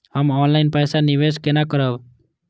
हम ऑनलाइन पैसा निवेश केना करब?